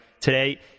today